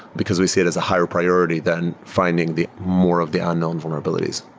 because we see it as a higher priority than finding the more of the unknown vulnerabilities,